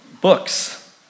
books